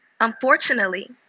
Unfortunately